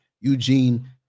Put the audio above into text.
Eugene